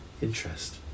interest